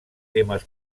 temes